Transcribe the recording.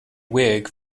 wig